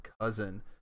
cousin